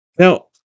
Now